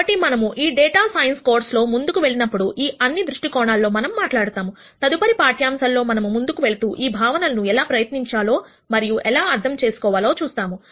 కాబట్టి మనము ఈ డేటా సైన్స్ కోర్స్ లో ముందుకు వెళ్ళినప్పుడు అన్ని దృష్టి కోణాల్లో మనము మాట్లడుతాము తదుపరి పాఠ్యాంశాల్లో మనము ముందుకు వెళ్తూ ఈ భావన లను ఎలా ప్రయత్నించాలో మరియు ఎలా అర్థం చేసుకోవాలో చూస్తాము